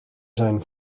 zijn